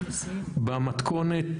במתכונת